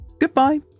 Goodbye